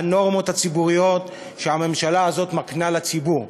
הנורמות הציבוריות שהממשלה הזאת מקנה לציבור.